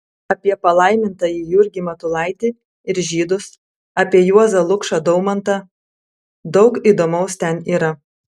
apie palaimintąjį jurgį matulaitį ir žydus apie juozą lukšą daumantą daug įdomaus ten yra